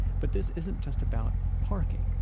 but this isn't just about parking.